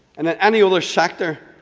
and at any other sector,